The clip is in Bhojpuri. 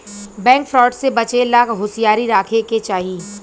बैंक फ्रॉड से बचे ला होसियारी राखे के चाही